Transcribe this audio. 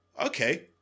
Okay